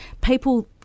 People